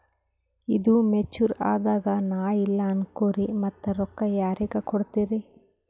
ಈದು ಮೆಚುರ್ ಅದಾಗ ನಾ ಇಲ್ಲ ಅನಕೊರಿ ಮತ್ತ ರೊಕ್ಕ ಯಾರಿಗ ಕೊಡತಿರಿ?